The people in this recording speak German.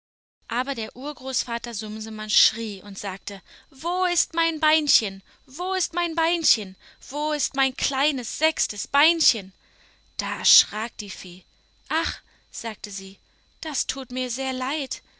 aber der urgroßvater sumsemann schrie und sagte wo ist mein beinchen wo ist mein beinchen wo ist mein kleines sechstes beinchen da erschrak die fee ach sagte sie das tut mir sehr leid